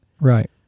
right